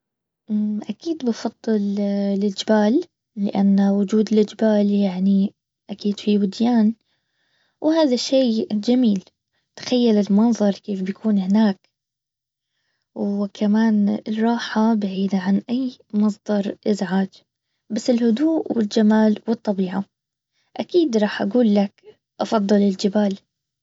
كيد بفضل الجبال لانه وجود الجبال يعني اكيد في وديان وهذا الشي جميل تخيل المنظر كيف بيكون هناك وكمان الراحة بعيدة عن اي مصدر ازعاج بس الهدوء والجمال والطبيعه اكيد راح اقول لك افضل الجبال